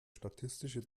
statistische